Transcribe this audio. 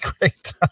great